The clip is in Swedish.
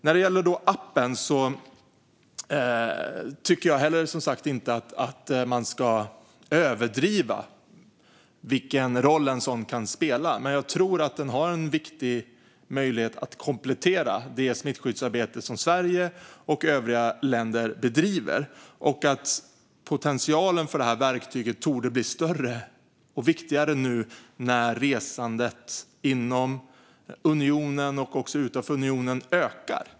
När det gäller appen tycker inte jag heller att man ska överdriva vilken roll en sådan kan spela. Men jag tror att en app innebär en viktig möjlighet att komplettera det smittskyddsarbete som Sverige och övriga länder bedriver. Potentialen för detta verktyg borde också bli större och viktigare nu när resandet inom, och även utanför, unionen ökar.